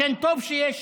לכן, טוב שיש